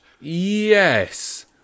Yes